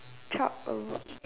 chop over